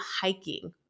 hiking